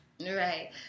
Right